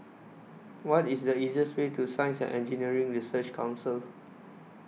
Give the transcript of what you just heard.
What IS The easiest Way to Science and Engineering Research Council